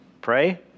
Pray